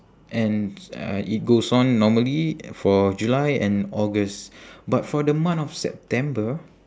and uh it goes on normally for july and august but for the month of september